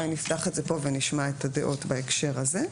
אולי נפתח את זה כאן ונשמע את הדעות בהקשר הזה.